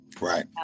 right